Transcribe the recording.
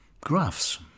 graphs